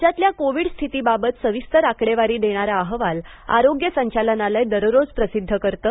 राज्यातल्या कोव्हिड स्थितीबाबत सविस्तर आकडेवारी देणारा अहवाल आरोग्य संचालनालय दररोज प्रसिद्ध करतं